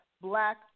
Black